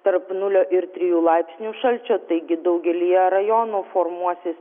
tarp nulio ir trijų laipsnių šalčio taigi daugelyje rajonų formuosis